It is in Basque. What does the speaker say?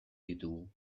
ditugu